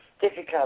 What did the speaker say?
difficult